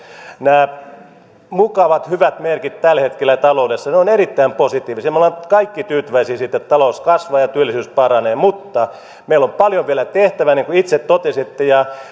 nämä mukavat hyvät merkit tällä hetkellä taloudessa ovat erittäin positiivisia me olemme kaikki tyytyväisiä siitä että talous kasvaa ja työllisyys paranee mutta meillä on vielä paljon tehtävää niin kuin itse totesitte